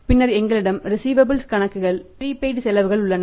பின்னர் எங்களிடம் ரிஸீவபல்ஸ் செலவுகள் உள்ளன